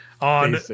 on